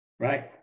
Right